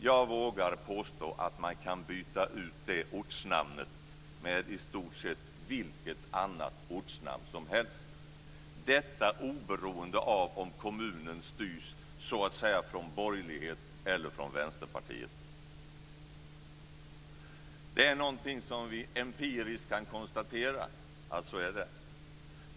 Jag vågar påstå att man kan byta ut det ortsnamnet mot i stort sett vilket annat ortsnamn som helst - detta oberoende av om kommunen styrs så att säga från borgerlighet eller från vänsterpartier. Det är någonting som vi empiriskt kan konstatera. Så är det.